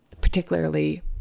particularly